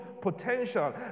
potential